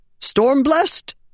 Storm-blessed